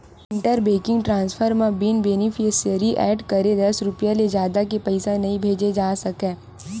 inter banking transfer म बिन beneficiary add करे दस रूपिया ले जादा के पइसा नइ भेजे जा सकय